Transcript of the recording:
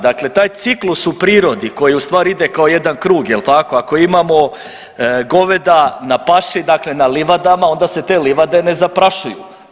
Dakle, taj ciklus u prirodi koji ustvari ide kao jedan krug jel' tako, ako imamo goveda na paši dakle, na livadama onda se te livade ne zaprašuju.